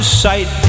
sight